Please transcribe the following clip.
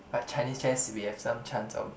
but Chinese chess we have some chance of